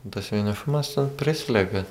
tas vienišumas ten prislėgia